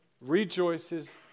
rejoices